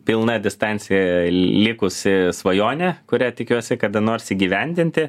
pilna distancija likusi svajonė kurią tikiuosi kada nors įgyvendinti